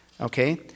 Okay